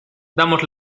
damos